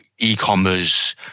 e-commerce